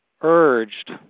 urged